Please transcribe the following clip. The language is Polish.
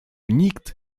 nikt